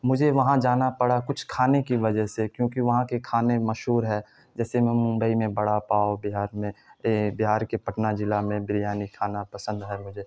مجھے وہاں جانا پڑا کچھ کھانے کی وجہ سے کیونکہ وہاں کے کھانے مشہور ہے جیسے میں ممبئی میں بڑا پاؤ بہار میں بہار کے پٹنہ ضلع میں بریانی کھانا پسند ہے مجھے